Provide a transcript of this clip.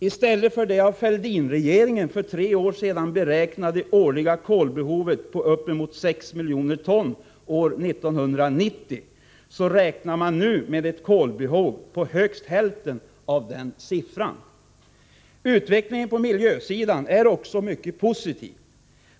I stället för det av Fälldinregeringen för tre år sedan beräknade årliga kolbehovet på uppemot 6 miljoner ton år 1990, räknar man nu med ett kolbehov på högst hälften av denna siffra. Utvecklingen på miljösidan är också mycket positiv.